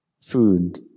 food